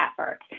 effort